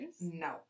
No